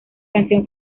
canción